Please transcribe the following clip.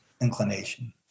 inclination